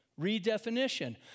Redefinition